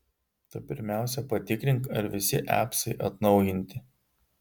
tu pirmiausia patikrink ar visi apsai atnaujinti